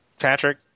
Patrick